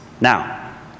Now